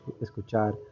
escuchar